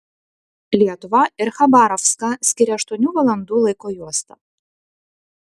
lietuvą ir chabarovską skiria aštuonių valandų laiko juosta